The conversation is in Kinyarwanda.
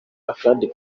akandi